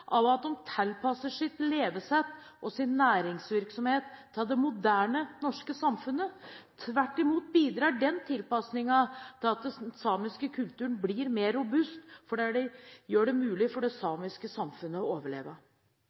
av at de tilpasser sitt levesett og sin næringsvirksomhet til det moderne norske samfunnet. Tvert imot bidrar den tilpassingen til at den samiske kulturen blir mer robust, fordi det gjør det mulig for det samiske samfunnet å overleve.